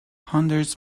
hundreds